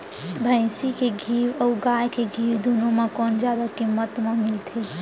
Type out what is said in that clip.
भैंसी के घीव अऊ गाय के घीव दूनो म कोन जादा किम्मत म मिलथे?